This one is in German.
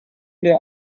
der